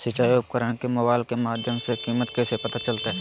सिंचाई उपकरण के मोबाइल के माध्यम से कीमत कैसे पता चलतय?